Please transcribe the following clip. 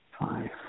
five